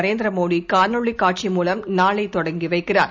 நரேந்திரமோடிகாணொளிகாட்சி மூலம் நாளைதொடங்கிவைக்கிறார்